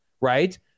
right